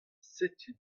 setu